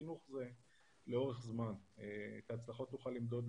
חינוך הוא לאורך זמן ואת ההצלחות נוכל למדוד,